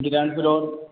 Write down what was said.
second floor